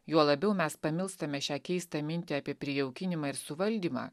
juo labiau mes pamilstame šią keistą mintį apie prijaukinimą ir suvaldymą